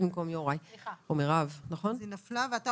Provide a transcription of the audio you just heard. במקום מירב ואני